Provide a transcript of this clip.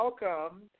Welcome